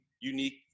unique